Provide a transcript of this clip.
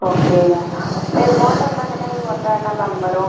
okay வெ வாட்டர்லாம் mineral வாட்டரா என்ன மேம் வரும்